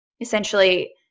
essentially